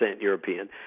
European